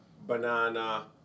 banana